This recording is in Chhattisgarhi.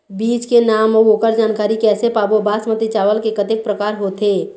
बीज के नाम अऊ ओकर जानकारी कैसे पाबो बासमती चावल के कतेक प्रकार होथे?